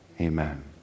amen